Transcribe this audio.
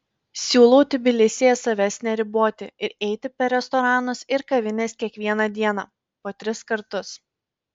siūlau tbilisyje savęs neriboti ir eiti per restoranus ir kavines kiekvieną dieną po tris kartus